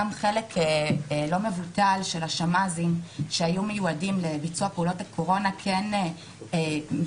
לא מבוטל של השמ"זים שהיו מיועדים לביצוע פעולות הקורונה בתהליכי